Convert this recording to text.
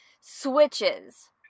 switches